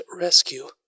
rescue